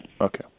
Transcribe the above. Okay